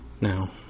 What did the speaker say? now